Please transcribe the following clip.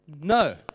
No